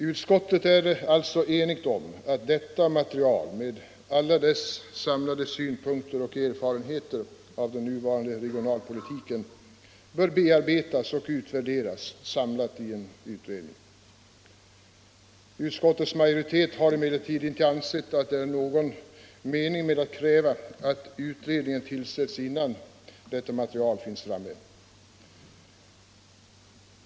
Utskottet är alltså enigt om att detta material med alla dess samlade synpunkter och erfarenheter av den nuvarande regionalpolitiken bör bearbetas och utvärderas samlat i en utredning. Utskottets majoritet har emellertid inte ansett att det är någon mening med att kräva att utredningen tillsätts innan detta material finns framme.